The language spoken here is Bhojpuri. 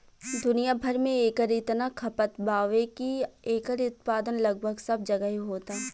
दुनिया भर में एकर इतना खपत बावे की एकर उत्पादन लगभग सब जगहे होता